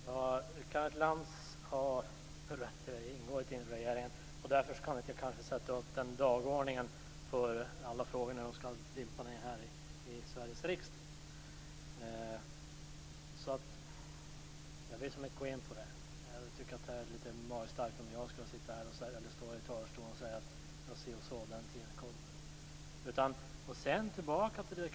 Herr talman! Kenneth Lantz har rätt i att jag inte ingår i regeringen, och därför skall han kanske inte sätta upp den dagordningen med alla dessa frågor som dimper ned i Sveriges riksdag. Jag vill inte gå in på det. Jag tycker att det är lite magstarkt om jag skall stå i talarstolen och ange någon tid.